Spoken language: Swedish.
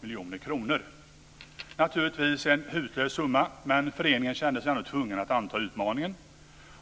miljoner kronor - naturligtvis en hutlös summa men föreningen kände sig tvungen att anta utmaningen.